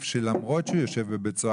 הסעיף כך שלמרות שהוא יושב בבית סוהר